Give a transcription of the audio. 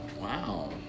wow